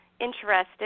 interested